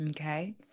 Okay